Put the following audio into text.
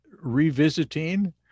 revisiting